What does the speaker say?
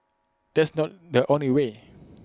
that's not the only way